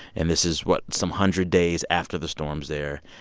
and this is what? some hundred days after the storms there.